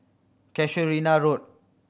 Casuarina Road